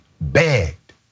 begged